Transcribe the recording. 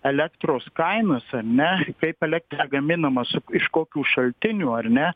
elektros kainas ar ne kaip elektra gaminama su iš kokių šaltinių ar ne